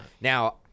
Now